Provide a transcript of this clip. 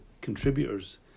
contributors